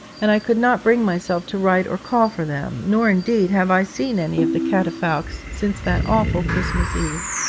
and i could not bring myself to write or call for them, nor indeed have i seen any of the catafalques since that awful christmas eve.